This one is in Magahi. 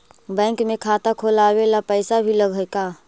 बैंक में खाता खोलाबे ल पैसा भी लग है का?